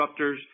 disruptors